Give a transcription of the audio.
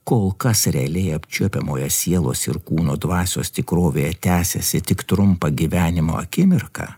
kol kas realiai apčiuopiamoje sielos ir kūno dvasios tikrovėje tęsiasi tik trumpą gyvenimo akimirką